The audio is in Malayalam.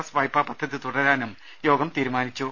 എസ് വായ്പാ പദ്ധതി തുടരാനും യോഗം തീരുമാനിച്ചു